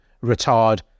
Retired